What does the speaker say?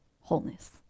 wholeness